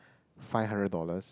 five hundred dollars